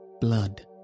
blood